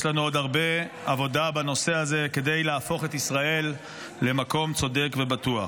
יש לנו עוד הרבה עבודה בנושא הזה כדי להפוך את ישראל למקום צודק ובטוח.